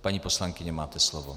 Paní poslankyně, máte slovo.